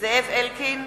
זאב אלקין,